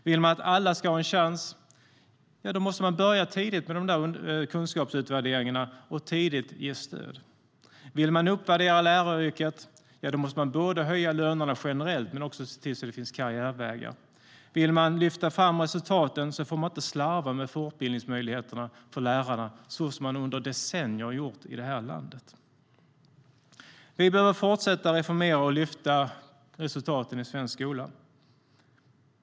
Vill man att alla ska ha en chans måste man börja tidigt med kunskapsutvärderingarna och tidigt ge stöd. Vill man uppvärdera läraryrket måste man höja lönerna generellt men också se till att det finns karriärvägar. Vill man lyfta fram resultaten får man inte slarva med fortbildningsmöjligheterna för lärarna, så som man under decennier har gjort i det här landet. Vi behöver fortsätta att reformera och lyfta resultaten i svensk skola.